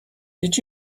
did